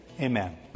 Amen